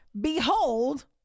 Behold